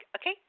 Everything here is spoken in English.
Okay